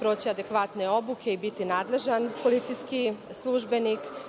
proći adekvatne obuke i biti nadležan policijski službenik,